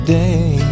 day